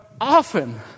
often